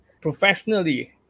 professionally